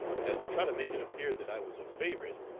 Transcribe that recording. as to try to make it appear that i was a favorite,